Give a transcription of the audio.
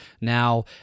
Now